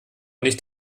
nicht